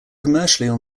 commercially